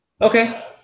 okay